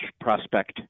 prospect